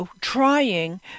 trying